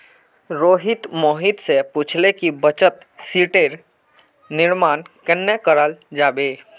रोहित मोहित स पूछले कि बचत शीटेर निर्माण कन्ना कराल जाबे